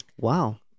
Wow